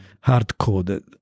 hard-coded